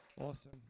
Awesome